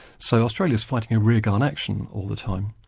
so australia's fighting a rearguard action all the time.